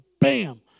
bam